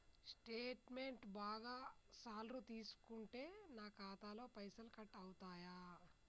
Statement బాగా సార్లు తీసుకుంటే నాకు ఖాతాలో పైసలు కట్ అవుతయా?